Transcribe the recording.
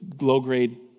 low-grade